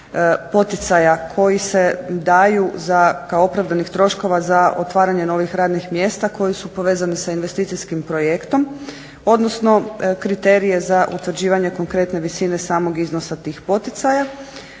poticaja koji se daju kao opravdanih troškova za otvaranje novih radnih mjesta koji su povezani sa investicijskim projektom, odnosno kriterije za utvrđivanje konkretne visine samog iznosa tih poticaja.